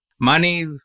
Money